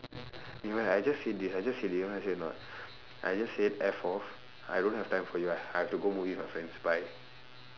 you know what I just said this I just said this you know what I said or not I just said F off I don't have time for you I I have to go movie with my friends bye